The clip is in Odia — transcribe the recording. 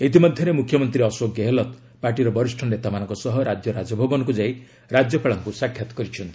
ଇତିମଧ୍ୟରେ ମୁଖ୍ୟମନ୍ତ୍ରୀ ଅଶୋକ ଗେହେଲତ ପାର୍ଟିର ବରିଷ୍ଠ ନେତାମାନଙ୍କ ସହ ରାଜ୍ୟ ରାଜଭବନକୁ ଯାଇ ରାଜ୍ୟପାଳଙ୍କୁ ସାକ୍ଷାତ କରିଛନ୍ତି